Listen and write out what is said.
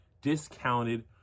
discounted